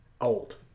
Old